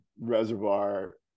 reservoir